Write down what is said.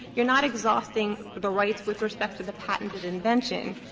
you are not exhausting the rights with respect to the patented invention.